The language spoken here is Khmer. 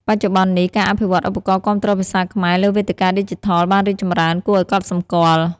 បច្ចុប្បន្ននេះ ការអភិវឌ្ឍឧបករណ៍គាំទ្រភាសាខ្មែរលើវេទិកាឌីជីថលបានរីកចម្រើនគួរឱ្យកត់សម្គាល់។